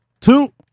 two